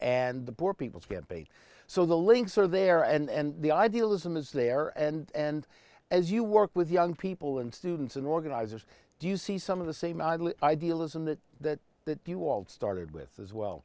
and the poor people's campaign so the links are there and the idealism is there and as you work with young people and students and organizers do you see some of the same idealism that that that the walt started with as well